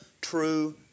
true